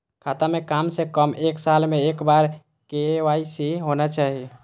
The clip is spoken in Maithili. खाता में काम से कम एक साल में एक बार के.वाई.सी होना चाहि?